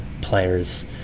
players